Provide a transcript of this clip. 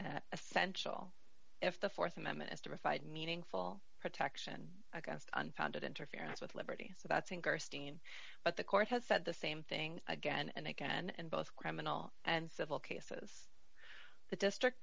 is essential if the th amendment is to provide meaningful protection against unfounded interference with liberty so that's interesting but the court has said the same thing again and again and both criminal and civil cases the district